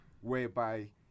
Whereby